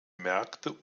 märkte